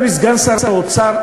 אדוני סגן שר האוצר,